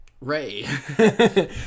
Ray